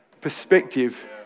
perspective